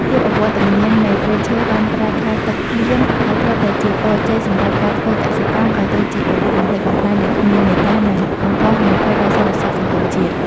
ភាពអវត្តមាននៃព្រៃឈើបានប្រែក្លាយទឹកភ្លៀងដែលធ្លាប់តែជាពរជ័យសម្រាប់ការធ្វើកសិកម្ម ឱ្យទៅជាអាវុធបំផ្លិចបំផ្លាញដែលគ្មានមេត្តា និងបង្កហានិភ័យដល់សន្តិសុខសង្គមជាតិ។